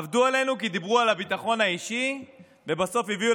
עבדו עלינו כי דיברו על הביטחון האישי ובסוף הביאו